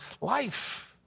life